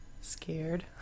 scared